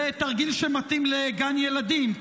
זה תרגיל שמתאים לגן ילדים.